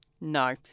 No